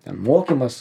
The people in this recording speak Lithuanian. ten mokymas